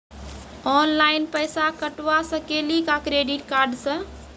Online पैसा कटवा सकेली का क्रेडिट कार्ड सा?